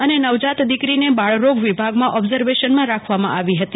અને નવજાત દીકરીને બ ળરોગ વિભ ગમ ઓબ્ઝેર્વેશનમ ર ખવ મં આવી હતી